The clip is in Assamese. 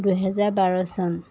দুহেজাৰ বাৰ চন